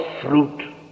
fruit